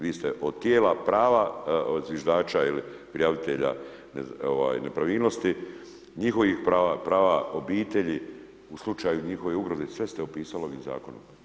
Vi ste od tijela, prava, od zviždača ili prijavitelja nepravilnosti, njihovih prava, prava obitelji u slučaju njihove ugroze, sve ste opisali ovim Zakonom.